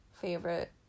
favorite